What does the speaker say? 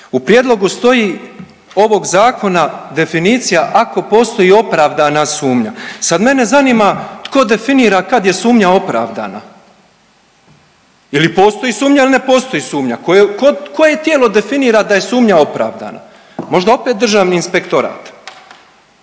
U prijedlogu stoji ovog zakona definicija, ako postoji opravdana sumnja. Sad mene zanima tko definira kad je sumnja opravdana? Je li postoji sumnja ili ne postoji sumnja? Koje tijelo definira da je sumnja opravdana? Možda opet Državni inspektorat